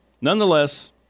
nonetheless